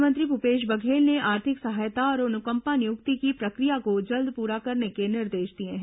मुख्यमंत्री भूपेश बघेल ने आर्थिक सहायता और अनुकंपा नियुक्ति की प्रक्रिया को जल्द पूरा करने के निर्देश दिए हैं